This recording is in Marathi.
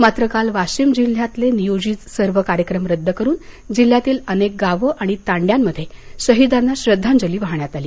मात्र काल वाशिम जिल्हयातले नियोजित सर्व कार्यक्रम रद्द करुन जिल्ह्यातील अनेक गावं आणि तांडयात शहिदांना श्रध्दांजली वाहण्यात आली